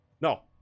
No